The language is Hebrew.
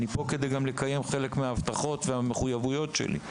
אלא גם על מנת לנסות לקדם חלק מההבטחות ומהמחויבויות שלי,